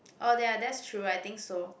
oh ya that's true I think so